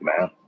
man